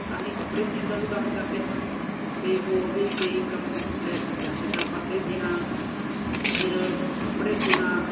ਅਸੀਂ ਕੱਪੜੇ ਸਿਊਣ ਦਾ ਵੀ ਕੰਮ ਕਰਦੇ ਹਾਂ ਅਤੇ ਹੋਰ ਵੀ ਕਈ ਕੰਮ ਲੈ ਸਕਦੇ ਹਾਂ ਜਿੱਦਾਂ ਪਰਦੇ ਸਿਊਣਾ ਫਿਰ ਕੱਪੜੇ ਸਿਊਣਾ